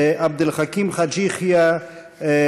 עבד אל חכים חאג' יחיא,